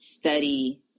study